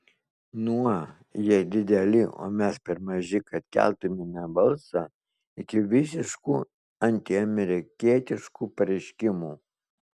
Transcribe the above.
nuo jie dideli o mes per maži kad keltumėme balsą iki visiškų antiamerikietiškų pareiškimų